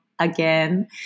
again